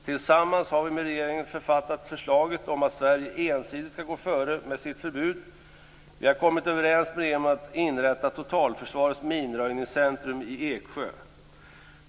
Tillsammans med regeringen har vi författat förslaget om att Sverige ensidigt skall gå före med sitt förbud. Vi har kommit överens med regeringen om att inrätta totalförsvarets minröjningscentrum i Eksjö.